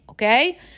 Okay